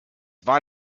war